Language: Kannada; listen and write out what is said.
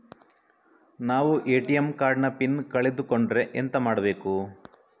ನಾವು ಎ.ಟಿ.ಎಂ ಕಾರ್ಡ್ ನ ಪಿನ್ ಕೋಡ್ ಕಳೆದು ಕೊಂಡ್ರೆ ಎಂತ ಮಾಡ್ಬೇಕು?